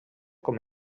com